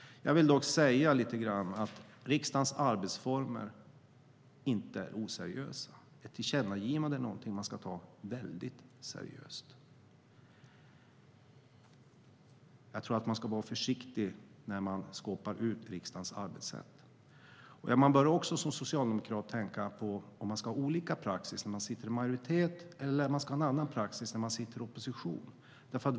Jag vill dock säga att riksdagens arbetsformer inte är oseriösa. Ett tillkännagivande är någonting man ska ta väldigt seriöst. Jag tror att man ska vara försiktig med att skåpa ut riksdagens arbetssätt, och man bör som socialdemokrat tänka på om man ska ha olika praxis när man sitter i majoritet och när man sitter i opposition.